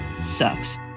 sucks